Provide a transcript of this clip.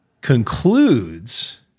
concludes